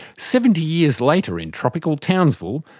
seventy years later in tropical townsville,